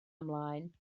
ymlaen